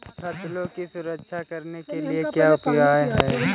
फसलों की सुरक्षा करने के लिए क्या उपाय करें?